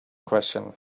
question